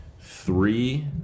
Three